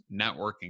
networking